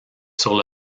sur